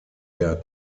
der